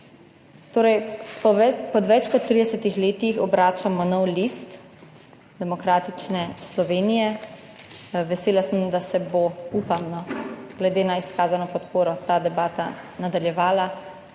Torej, po več kot 30 letih obračamo nov list demokratične Slovenije. Vesela sem, da se bo, upam, glede na izkazano podporo ta debata nadaljevala,